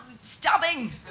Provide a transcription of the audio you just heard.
stabbing